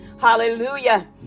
Hallelujah